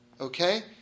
Okay